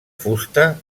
fusta